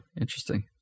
interesting